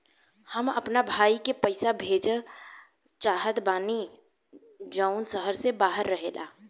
हम अपना भाई के पइसा भेजल चाहत बानी जउन शहर से बाहर रहेला